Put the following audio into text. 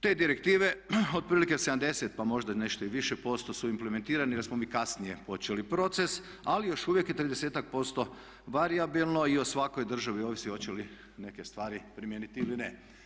Te direktive, otprilike 70 pa možda i nešto više posto su implementirani jer smo mi kasnije počeli proces ali još uvijek je 30-ak posto varijabilno i o svakoj državi ovisi hoće li neke stvari primijeniti ili ne.